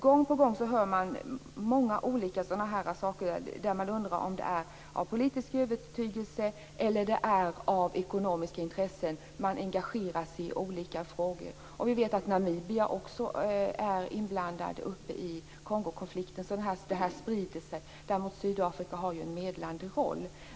Gång på gång hör man många sådana här saker och undrar om det är av politisk övertygelse eller av ekonomiska intressen som de engagerar sig i olika frågor. Vi vet att också Namibia är inblandat i Kongokonflikten. Det här sprider sig. Sydafrika har däremot en medlande roll.